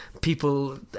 people